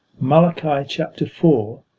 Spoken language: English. malachi chapter four,